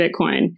Bitcoin